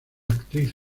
actriz